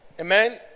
Amen